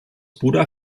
bruder